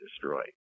destroyed